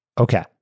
okay